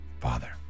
Father